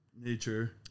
nature